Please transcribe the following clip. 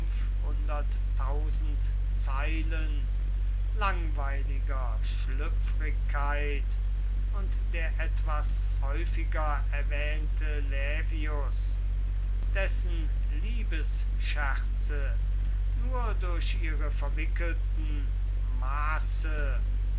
fünfhunderttausend zeilen langweiliger schlüpfrigkeit und der etwas häufiger erwähnte laevius dessen liebesscherze nur durch ihre verwickelten maße